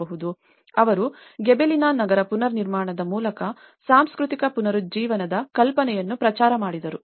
ಆದ್ದರಿಂದ ಅವರು ಗಿಬೆಲಿನಾ ನಗರ ಪುನರ್ನಿರ್ಮಾಣದ ಮೂಲಕ ಸಾಂಸ್ಕೃತಿಕ ಪುನರುಜ್ಜೀವನದ ಕಲ್ಪನೆಯನ್ನು ಪ್ರಚಾರ ಮಾಡಿದರು